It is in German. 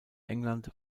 england